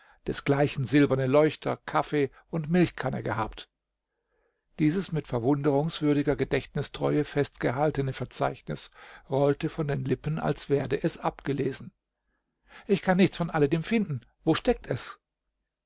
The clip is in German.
gleichen silberne leuchter kaffee und milchkanne gehabt dieses mit verwunderungswürdiger gedächtnistreue festgehaltene verzeichnis rollte von den lippen als werde es abgelesen ich kann nichts von alledem finden wo steckt es